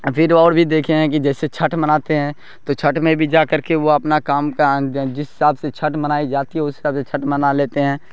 پھر اور بھی دیکھے ہیں کہ جیسے چھٹھ مناتے ہیں تو چھٹھ میں بھی جا کر کے وہ اپنا کام کا جس حساب سے چھٹھ منائی جاتی ہے اس حساب سے چھٹھ منا لیتے ہیں